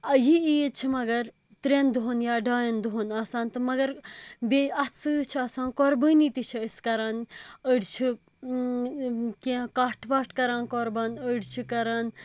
أں یہِ عیٖد چھِ مگر ترٛؠن دۄہَن یا ڈایَن دۄہَن آسان تہٕ مگر بیٚیہِ اَتھ سٟتۍ چھِ آسان قۄربٲنِی تہِ چھِ أسۍ کران أڑۍ چھِ اۭں کینٛہہ کَٹھ وَٹھ کران قۄربان أڑۍ چھِ کران